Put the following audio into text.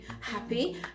happy